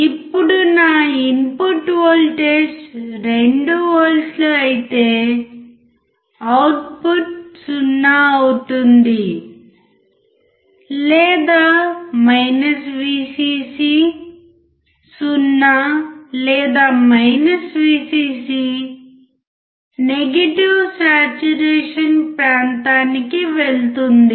ఇప్పుడు నా input voltage 2V అయితే అవుట్పుట్ 0 అవుతుంది లేదా Vcc 0 లేదా Vcc నెగిటివ్ సాట్చురేషన్ ప్రాంతానికి వెళుతుంది